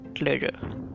later